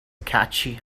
catchy